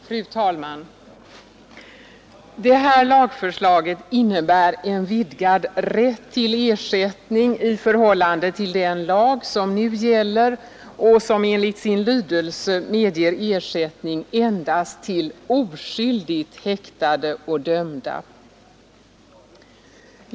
Fru talman! Det här lagförslaget innebär en vidgad rätt till ersättning i förhållande till den lag som nu gäller och som enligt sin lydelse medger ersättning endast till oskyldigt häktade och dömda.